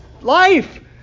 life